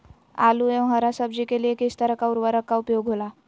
आलू एवं हरा सब्जी के लिए किस तरह का उर्वरक का उपयोग होला?